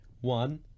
one